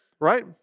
right